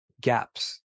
gaps